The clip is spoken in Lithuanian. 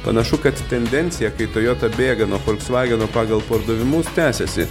panašu kad tendenciją kai toyota bėga nuo volksvageno pagal pardavimus tęsiasi